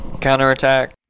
counterattack